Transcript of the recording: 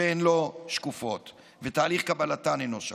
שהן לא שקופות ותהליך קבלתן אינו שקוף,